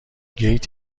گیت